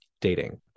dating